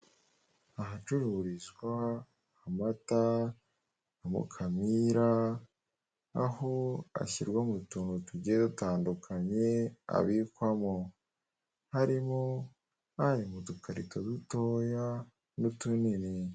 Ahacururizwa amata ya Mukamira, aho ashyirwa mu tuntu tugiye dutandukanye abikwamo, harimo ari mu dukarito dutoya n'utunini.